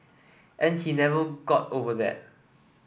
and he never got over that